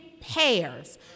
pairs